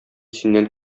синнән